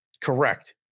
Correct